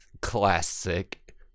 Classic